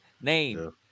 name